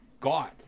god